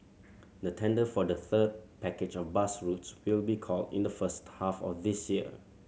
the tender for the third package of bus routes will be called in the first half of this year